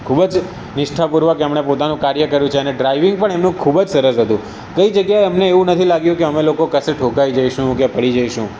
ખૂબ નિષ્ઠાપૂર્વક એમને પોતાનું કાર્ય કર્યું છે અને ડ્રાઇવિંગ પણ એમનું ખૂબ જ સરસ હતું કઈ જગ્યાએ અમને એવું નથી લાગ્યું કે અમે લોકો કશે ઠોકાઈ જઈશું કે પડી જઈશું